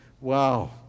Wow